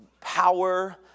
power